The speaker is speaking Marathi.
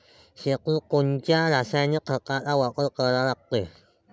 शेतीत कोनच्या रासायनिक खताचा वापर करा लागते?